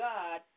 God